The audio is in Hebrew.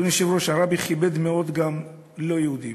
אדוני היושב-ראש, הרבי כיבד מאוד גם לא יהודים.